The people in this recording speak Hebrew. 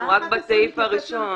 אנחנו רק בסעיף הראשון.